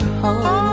home